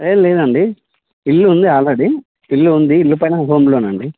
ఏం లేదండి ఇల్లు ఉంది ఆల్రెడీ ఇల్లు ఉంది ఇల్లు పైన హోమ్ లోన్ అండి